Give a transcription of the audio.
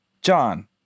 John